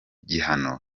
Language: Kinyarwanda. gihano